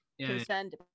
concerned